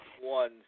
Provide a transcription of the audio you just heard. One